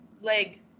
leg